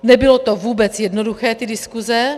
Nebylo to vůbec jednoduché, ty diskuse.